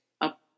up